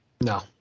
No